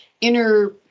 inner